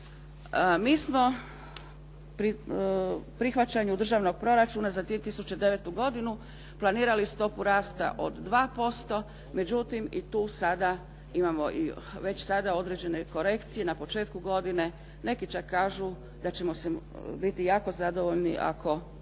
Mi smo pri prihvaćanju Državnog proračuna za 2009. planirali stopu rasta od 2%, međutim i tu sada imamo već sada određene korekcije na početku godine. Neki čak kažu da ćemo biti jako zadovoljni ako